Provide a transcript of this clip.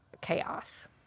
chaos